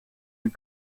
een